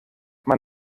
man